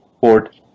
port